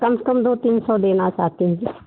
कम से कम दो तीन सौ देना चाहते हैं